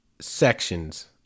sections